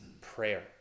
prayer